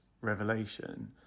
revelation